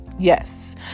Yes